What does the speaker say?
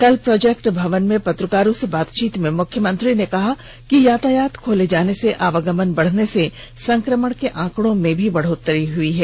कल प्रोजेक्ट भवन में पत्रकारों से बातचीत में मुख्यमंत्री ने कहा कि यातायात खोले जाने से आवागमन बढ़ने से संक्रमण के आंकड़ों में भी बढ़ोतरी हुई है